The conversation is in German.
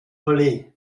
olé